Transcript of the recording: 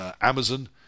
Amazon